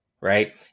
Right